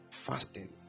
fasting